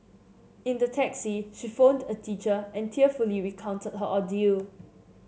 in the taxi she phoned a teacher and tearfully recounted her ordeal